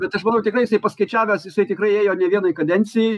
bet aš manau tikrai jisai paskaičiavęs jisai tikrai ėjo ne vienai kadencijai